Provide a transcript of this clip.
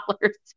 dollars